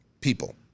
people